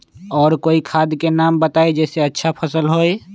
और कोइ खाद के नाम बताई जेसे अच्छा फसल होई?